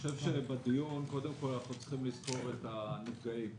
בדיון קודם כול אנחנו צריכים לזכור את הנפגעים.